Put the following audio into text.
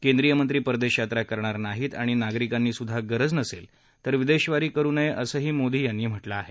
केंद्रीय मंत्री परदेश यात्रा करणार नाहीत आणि नागरिकांनीसुद्धा गरज नसेल तर विदेशवारी करु नये असंही मोदी यांनी म्हटलं आहे